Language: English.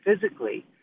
physically